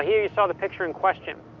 hear you saw the picture in question.